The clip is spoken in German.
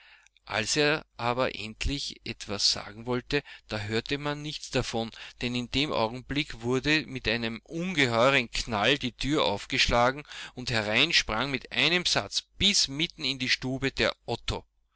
als er aber endlich etwas sagen wollte da hörte man nichts davon denn in dem augenblick wurde mit einem ungeheuren knall die tür aufgeschlagen und herein sprang mit einem satz bis mitten in die stube der otto